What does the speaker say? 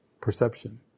perception